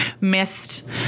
missed